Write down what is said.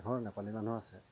এঘৰ নেপালী মানুহ আছে